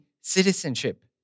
citizenship